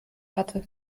hatte